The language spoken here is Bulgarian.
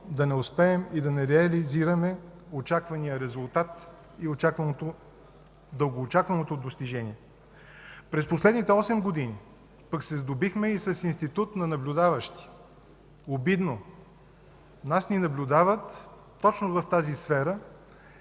да не успеем и да не реализираме очаквания резултат и дългоочакваното достижение. През последните 8 години пък се сдобихме и с институт на наблюдаващи. Обидно! Нас ни наблюдават точно в тази сфера